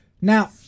now